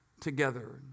together